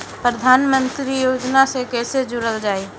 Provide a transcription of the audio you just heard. प्रधानमंत्री योजना से कैसे जुड़ल जाइ?